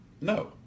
No